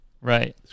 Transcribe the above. Right